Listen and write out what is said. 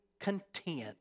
content